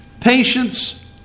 patience